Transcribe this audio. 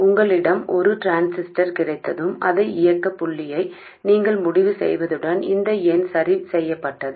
உங்களிடம் ஒரு டிரான்சிஸ்டர் கிடைத்ததும் அதன் இயக்கப் புள்ளியை நீங்கள் முடிவு செய்தவுடன் இந்த எண் சரி செய்யப்பட்டது